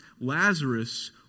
Lazarus